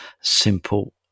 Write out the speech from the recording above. simple